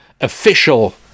official